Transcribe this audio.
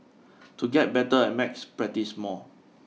to get better at maths practise more